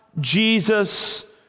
Jesus